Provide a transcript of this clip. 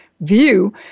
view